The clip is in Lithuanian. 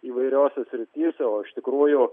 įvairiose srityse o iš tikrųjų